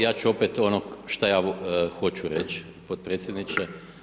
Ja ću opet ono šta ja hoću reć, potpredsjedniče.